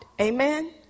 Amen